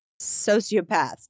sociopaths